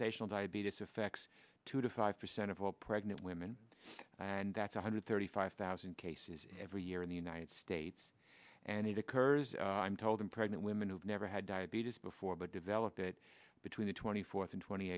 shell diabetes affects two to five percent of all pregnant women and that's one hundred thirty five thousand cases every year in the united states and it occurs i'm told in pregnant women who've never had diabetes before but develop it between the twenty fourth and twenty